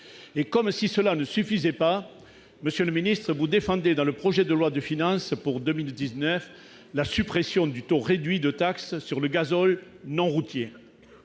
Comme si cela ne suffisait pas, monsieur le ministre, vous défendez, au travers du projet de loi de finances pour 2019, la suppression du taux réduit pour la taxe sur le gazole non routier.